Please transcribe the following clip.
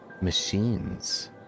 Machines